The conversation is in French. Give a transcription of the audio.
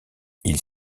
ils